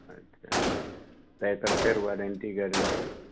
तऽ एकर फेर वारण्टी गारण्टी